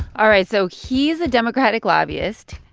all right. so he is a democratic lobbyist.